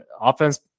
offense